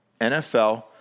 NFL